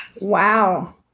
Wow